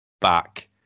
back